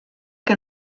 que